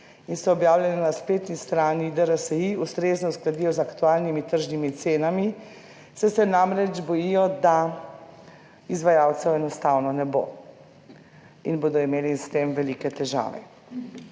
in so objavljene na spletni strani DRSI, ustrezno uskladijo z aktualnimi tržnimi cenami, saj se namreč bojijo, da izvajalcev enostavno ne bo in bodo imeli s tem velike težave.